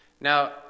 Now